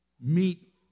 meet